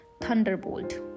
thunderbolt